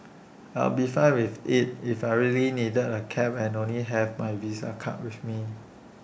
I'll be fine with IT if I really needed A cab and only have my visa card with me